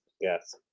Yes